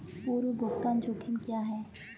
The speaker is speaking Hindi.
पूर्व भुगतान जोखिम क्या हैं?